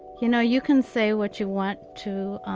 you know you can say what you want to